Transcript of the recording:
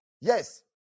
yes